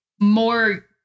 more